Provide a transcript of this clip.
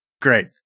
Great